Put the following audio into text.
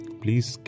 please